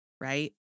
right